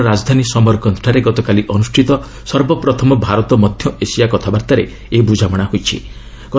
Uzbekistan ରାଜଧାନୀ ସମରକନ୍ଦ୍ରାରେ ଗତକାଲି ଅନୁଷ୍ଠିତ ସର୍ବପ୍ରଥମ ଭାରତ ମଧ୍ୟଏସିୟା କଥାବାର୍ତ୍ତାରେ ଏହି ବୁଝାମଣା ହୋଇଛି